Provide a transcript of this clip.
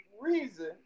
reason